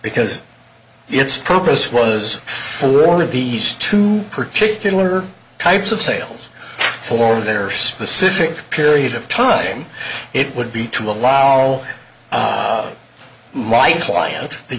because its purpose was one of these two particular types of sales for their specific period of time it would be to allow